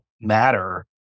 matter